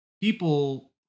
people